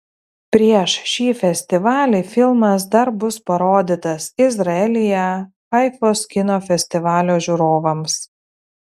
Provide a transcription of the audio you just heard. prieš šį festivalį filmas dar bus parodytas izraelyje haifos kino festivalio žiūrovams